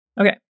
Okay